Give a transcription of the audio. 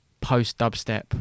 post-dubstep